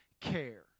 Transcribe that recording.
care